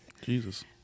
jesus